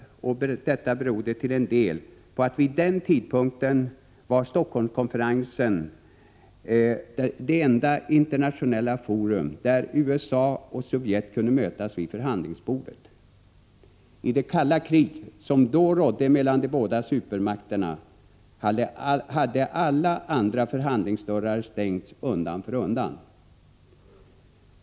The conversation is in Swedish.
Denna publicitet berodde till stor del på att Helsingforsskonferensen vid den tidpunkten var det enda internationella forum där USA och Sovjet kunde mötas vid förhandlingsbordet. I det kalla krig som då rådde mellan de båda supermakterna hade alla andra förhandlingsdörrar stängts undan för undan.